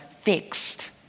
fixed